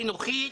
חינוכית,